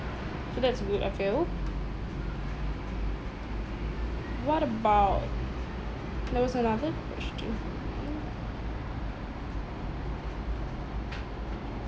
so that's good I feel what about there was another question